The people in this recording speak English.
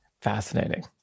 Fascinating